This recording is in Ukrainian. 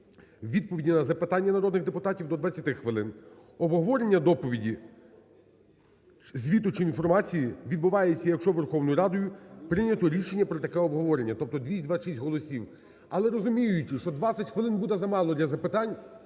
відповіді на запитання народних депутатів – до 20 хвилин, обговорення доповіді, звіту чи інформації відбувається, якщо Верховною Радою прийнято рішення по таке обговорення", тобто 226 голосів. Але розуміючи, що 20 хвилин буде замало для запитань,